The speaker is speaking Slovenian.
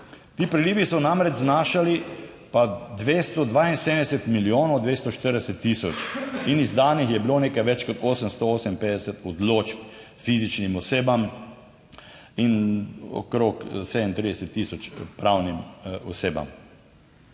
ti prilivi so namreč znašali 272 milijonov 240 tisoč in izdanih je bilo nekaj več kot 858 odločb fizičnim osebam in okrog 37 tisoč pravnim osebam.